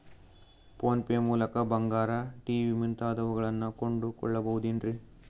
Phone pay ಮೂಲಕ ಬಂಗಾರ, TV ಮುಂತಾದವುಗಳನ್ನ ಕೊಂಡು ಕೊಳ್ಳಬಹುದೇನ್ರಿ?